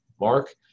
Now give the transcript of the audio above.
mark